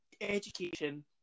education